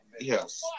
Yes